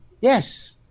Yes